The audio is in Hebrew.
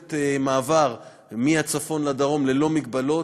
יכולת מעבר מהצפון לדרום ללא מגבלות.